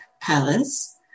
palace